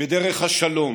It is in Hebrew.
בדרך השלום,